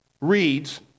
reads